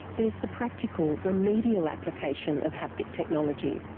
there's the practical, remedial application of haptic technology.